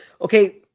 okay